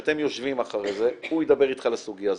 כשאתם יושבים אחרי זה הוא ידבר איתך על הסוגיה הזאת,